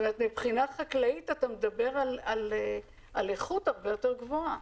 מבחינה חקלאית אתה מדבר על איכות הרבה יותר גבוהה.